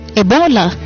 ebola